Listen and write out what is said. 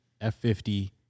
F50